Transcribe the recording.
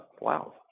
Wow